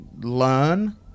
learn